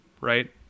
right